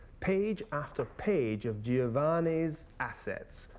page after page of giovanni's assets,